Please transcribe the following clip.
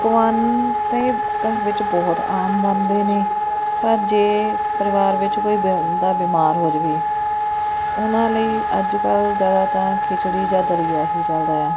ਪਕਵਾਨ ਤਾਂ ਘਰ ਵਿੱਚ ਬਹੁਤ ਆਮ ਬਣਦੇ ਨੇ ਪਰ ਜੇ ਪਰਿਵਾਰ ਵਿੱਚ ਕੋਈ ਬੰਦਾ ਬਿਮਾਰ ਹੋ ਜਾਵੇ ਉਹਨਾਂ ਲਈ ਅੱਜ ਕੱਲ੍ਹ ਜ਼ਿਆਦਾ ਤਾਂ ਖਿਚੜੀ ਜਾਂ ਦਲੀਆ ਹੀ ਚਲਦਾ ਆ